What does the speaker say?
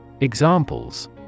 Examples